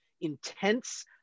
Intense